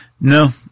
No